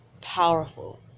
powerful